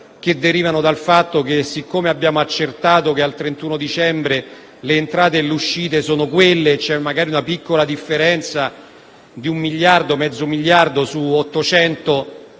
che deriva dal fatto che, siccome abbiamo accertato che al 31 dicembre le entrate e le uscite sono quelle, c'è magari una piccola differenza di un miliardo o di mezzo miliardo di euro